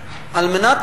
אני מאוד מקווה,